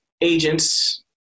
agents